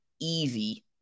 easy